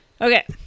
okay